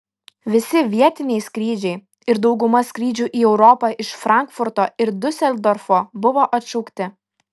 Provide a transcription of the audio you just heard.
visi vietiniai skrydžiai ir dauguma skrydžių į europą iš frankfurto ir diuseldorfo buvo atšaukti